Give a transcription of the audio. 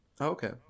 Okay